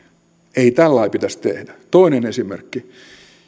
ei tällä lailla pitäisi tehdä toinen esimerkki